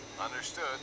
Understood